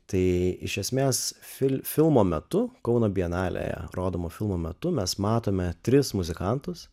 tai iš esmės filmo metu kauno bienalėje rodomo filmo metu mes matome tris muzikantus